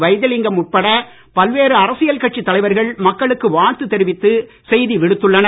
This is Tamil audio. வைத்திலிங்கம் உட்பட பல்வேறு அரசியல் கட்சித் தலைவர்கள் மக்களுக்கு வாழ்த்து தெரிவித்து செய்தி விடுத்துள்ளனர்